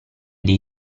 dei